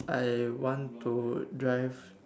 I want to drive